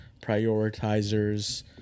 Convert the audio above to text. prioritizers